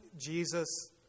Jesus